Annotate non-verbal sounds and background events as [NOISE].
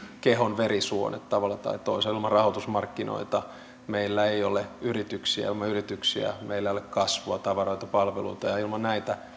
kehon verisuonet tavalla tai toisella ilman rahoitusmarkkinoita meillä ei ole yrityksiä ja ilman yrityksiä meillä ei ole kasvua tavaroita palveluita ja ilman näitä [UNINTELLIGIBLE]